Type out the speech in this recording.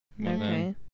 okay